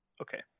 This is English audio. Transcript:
Okay